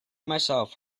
myself